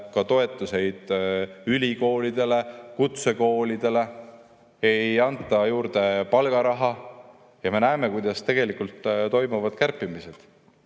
toetusi ülikoolidele, kutsekoolidele, ei anta juurde palgaraha, ja me näeme, kuidas tegelikult toimuvad kärpimised.